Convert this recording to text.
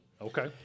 Okay